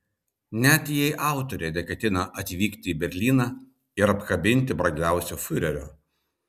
net jei autorė neketina atvykti į berlyną ir apkabinti brangiausio fiurerio